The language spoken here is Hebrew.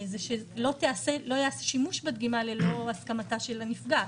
שלא ייעשה שימוש בדגימה ללא הסכמתה של הנפגעת.